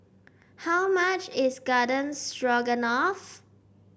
how much is Garden Stroganoff